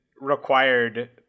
required